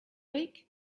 week